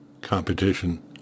competition